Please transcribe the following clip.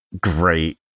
great